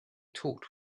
talked